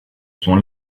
sont